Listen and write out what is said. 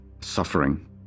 suffering